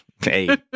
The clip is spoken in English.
Hey